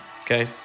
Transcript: okay